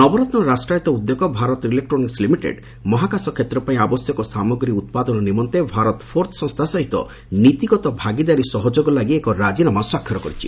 ନବରତ୍ନ ରାଷ୍ଟ୍ରାୟତ ଉଦ୍ୟୋଗ Bharat Electronics Limited ମହାକାଶ ଷେତ୍ର ପାଇଁ ଆବଶ୍ୟକ ସାମଗ୍ରୀ ଉତ୍ପାଦନ ନିମନ୍ତେ ଭାରତ୍ ଫୋର୍ଜ ସଂସ୍ଥା ସହିତ ନୀତିଗତ ଭାଗିଦାରୀ ସହଯୋଗ ଲାଗି ଏକ ରାଜିନାମା ସ୍ୱାକ୍ଷର କରିଛି